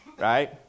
Right